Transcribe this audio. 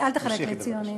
תמשיכי, בבקשה.